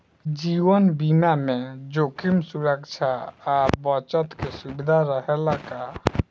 जीवन बीमा में जोखिम सुरक्षा आ बचत के सुविधा रहेला का?